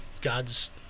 God's